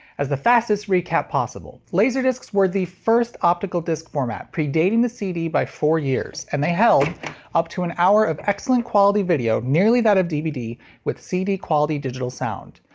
as the fastest recap possible, laserdiscs were the first optical disc format, predating the cd by four years, and they held up to an hour of excellent quality video nearly that of dvd with cd quality digital sound.